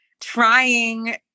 trying